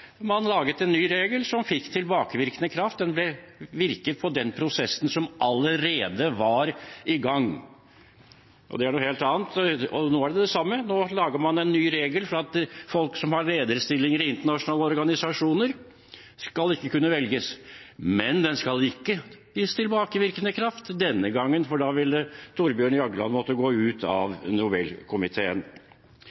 man laget en ny regel som fikk tilbakevirkende kraft. Den virket på den prosessen som allerede var i gang, og det er noe helt annet. Nå er det det samme; nå lager man en ny regel for at folk som har lederstillinger i internasjonale organisasjoner, ikke skal kunne velges. Men den skal ikke gis tilbakevirkende kraft denne gangen, for da ville Thorbjørn Jagland måttet gå ut av